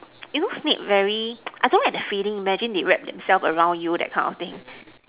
you know snake very I don't like that feeling imagine they wrap themselves around you that kind of thing